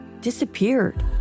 disappeared